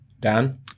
Dan